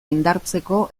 indartzeko